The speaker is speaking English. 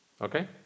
Okay